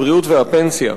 הבריאות והפנסיה,